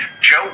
joe